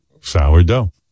Sourdough